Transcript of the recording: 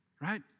right